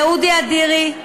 לאודי אדירי,